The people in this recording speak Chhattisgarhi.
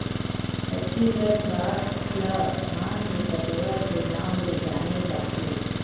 छत्तीसगढ़ राज ल धान के कटोरा के नांव ले जाने जाथे